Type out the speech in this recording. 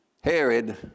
Herod